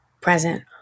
present